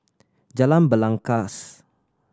Jalan Belangkas